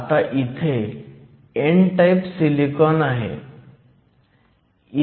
आता इथे n type silicon आहे